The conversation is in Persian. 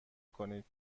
کنید